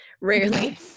Rarely